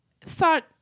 thought